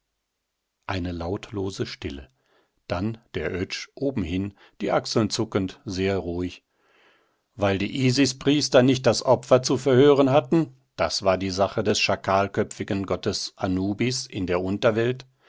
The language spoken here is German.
eine lautlose stille dann der oetsch obenhin die achseln zuckend sehr ruhig weil die isispriester nicht das opfer zu verhören hatten das war die sache des schakalköpfigen gottes anubis in der unterwelt